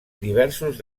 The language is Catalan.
diversos